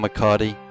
McCarty